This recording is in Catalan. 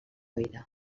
vida